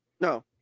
no